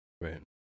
Right